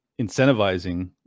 incentivizing